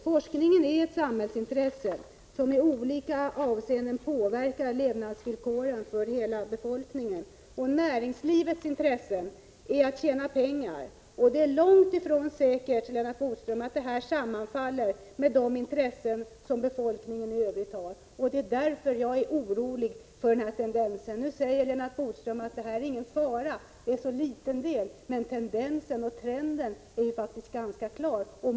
Forskningen är ett samhällsintresse som i olika avseenden påverkar levnadsvillkoren för hela befolkningen. Näringsli vets intresse är att tjäna pengar, och det är långt ifrån säkert, Lennart Bodström, att det sammanfaller med de intressen som befolkningen i övrigt har. Det är därför jag är orolig över den här tendensen. Nu säger Lennart Bodström att det är ingen fara — det här är en så liten del av det hela. Men trenden är ju faktiskt ganska klar.